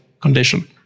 condition